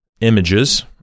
images